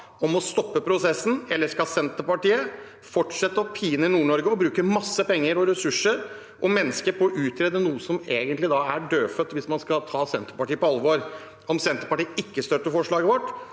om å stoppe prosessen, eller skal Senterpartiet fortsette å pine Nord-Norge og bruke masse penger og ressurser og mennesker på å utrede noe som egentlig er dødfødt – hvis man skal ta Senterpartiet på alvor. Om Senterpartiet ikke støtter forslaget vårt,